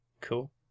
Cool